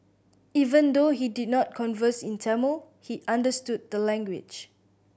even though he did not converse in Tamil he understood the language